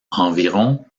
environ